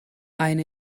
eine